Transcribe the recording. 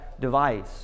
device